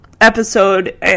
episode